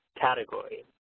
category